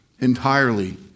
entirely